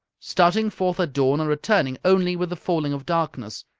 starting forth at dawn and returning only with the falling of darkness,